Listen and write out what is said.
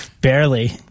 Barely